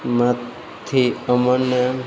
માંથી અમને